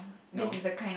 no